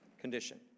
condition